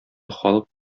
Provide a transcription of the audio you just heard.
халык